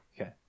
Okay